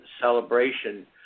celebration